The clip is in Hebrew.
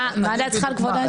מה דעתך על כבוד האדם?